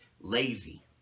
lazy